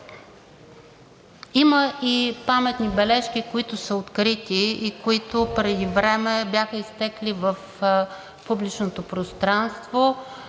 Има и паметни бележки, които са открити и които преди време бяха изтекли в публичното пространство,